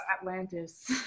Atlantis